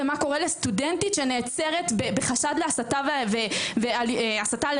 ומה קורה לסטודנטית שנעצרת בחשד להסתה לרצח,